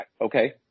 Okay